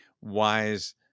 wise